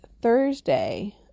Thursday